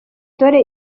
dore